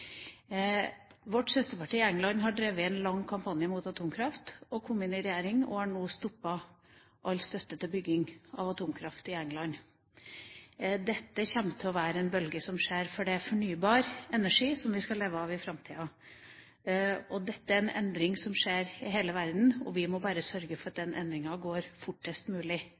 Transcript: Vårt søsterparti i England har drevet en lang kampanje mot atomkraft. De har kommet inn i regjering og har nå stoppet all støtte til bygging av atomkraft i England. Dette kommer til å være en bølge som skjer, for det er fornybar energi som vi skal leve av i framtida. Dette er en endring som skjer i hele verden, og vi må bare sørge for at den endringa går fortest mulig.